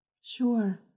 Sure